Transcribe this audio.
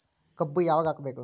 ಕಬ್ಬು ಯಾವಾಗ ಹಾಕಬೇಕು?